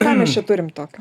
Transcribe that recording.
ką mes čia turim tokio